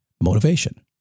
motivation